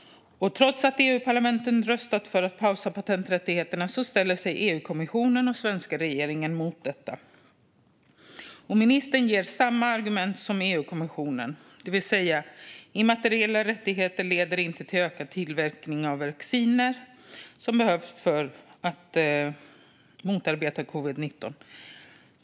Trots att EUparlamentet röstat för att pausa patenträttigheterna ställer sig EU-kommissionen och den svenska regeringen mot detta. Ministern ger samma argument som EU-kommissionen, det vill säga att immateriella rättigheter inte leder till ökad tillverkning av vacciner som behövs för att motarbeta covid-19.